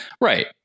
Right